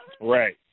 Right